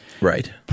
Right